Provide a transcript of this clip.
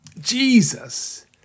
Jesus